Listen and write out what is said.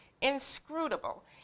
inscrutable